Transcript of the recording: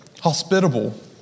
...hospitable